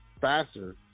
faster